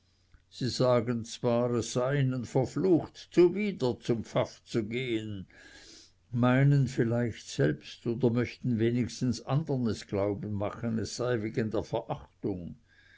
sie sagen zwar es sei ihnen verflucht zuwider zum pfaff zu gehen meinen vielleicht selbst oder machten wenigstens andern es glauben machen es sei wegen der verachtung